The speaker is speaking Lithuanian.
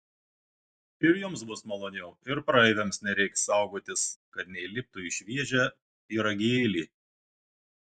ir jums bus maloniau ir praeiviams nereikės saugotis kad neįliptų į šviežią pyragėlį